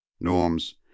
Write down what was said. norms